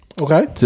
okay